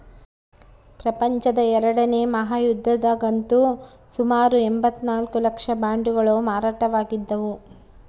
ಪ್ರಪಂಚದ ಎರಡನೇ ಮಹಾಯುದ್ಧದಗಂತೂ ಸುಮಾರು ಎಂಭತ್ತ ನಾಲ್ಕು ಲಕ್ಷ ಬಾಂಡುಗಳು ಮಾರಾಟವಾಗಿದ್ದವು